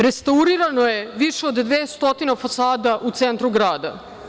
Restaurirano je više od 200 fasada u centru grada.